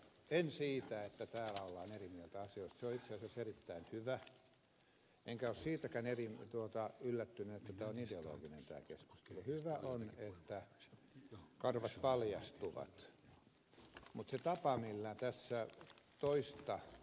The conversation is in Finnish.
en ole yllättynyt siitä että täällä ollaan eri mieltä asioista se on itse asiassa erittäin hyvä enkä siitäkään että tämä keskustelu on ideologista hyvä on että karvat paljastuvat vaan siitä tavasta millä tässä toisen mielipiteen omaavalle edustajalle puhutaan